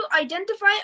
identify